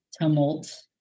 tumult